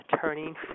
turning